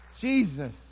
jesus